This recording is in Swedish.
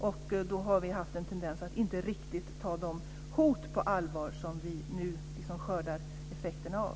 Vi har alltså haft en tendens att inte riktigt ta de hot på allvar som vi nu liksom skördar effekterna av.